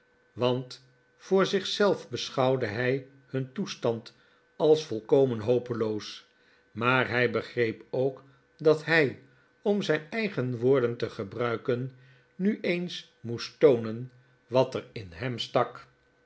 want voor zich zelf beschouwde hij hun toestand als volkomen hopeloos maar hij begreep ook dat hij om zijn eigen woorden te gebruiken nu eens moest tooneii wat er in hem stak